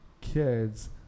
kids